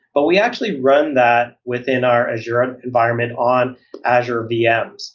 but we actually run that within our azure environment on azure vms.